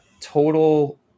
total